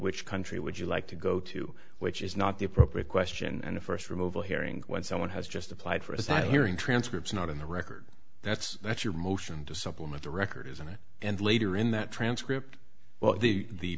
which country would you like to go to which is not the appropriate question and a first removal hearing when someone has just applied for asylum hearing transcripts not in the record that's not your motion to supplement the record isn't it and later in that transcript well the